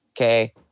okay